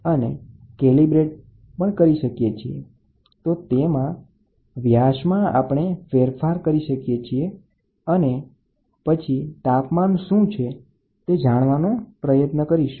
તો તેના દ્વારા આપણે જોઇએ તો તેમાં વ્યાસમાં આપણે ફેરફાર કરી શકીએ છીએ અને પછી તાપમાન શું છે તે માપવાનો પ્રયત્ન કરીશું